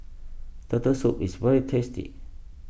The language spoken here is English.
Turtle Soup is very tasty